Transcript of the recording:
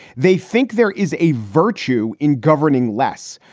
they think there is a virtue in governing less.